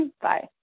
bye